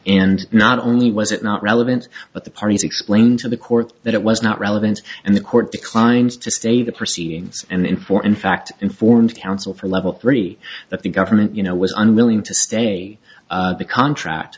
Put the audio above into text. and not only was it not relevant but the parties explained to the court that it was not relevant and the court declines to stay the proceedings and for in fact informed counsel for level three that the government you know was unwilling to stay the contract